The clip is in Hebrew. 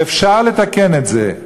ואפשר לתקן את זה,